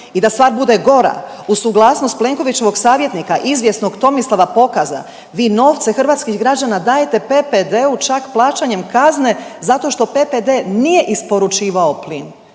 I da stvar bude gora uz suglasnost Plenkovićevog savjetnika izvjesnog Tomislava Pokaza vi novce hrvatskih građana dajete PPD-u čak plaćanjem kazne zato što PPD nije isporučivao plin.